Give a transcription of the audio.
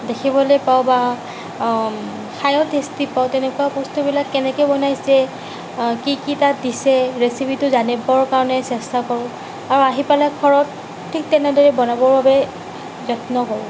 দেখিবলৈ পাওঁ বা খায়ো ষ্টেটি পাওঁ তেনেকুৱা বস্তুবিলাক কেনেকৈ বনাইছে কি কি তাত দিছে ৰেচিপিটো জানিবৰ কাৰণে চেষ্টা কৰোঁ আৰু আহি পালে ঘৰত ঠিক তেনেদৰে বনাবৰ বাবে যত্ন কৰোঁ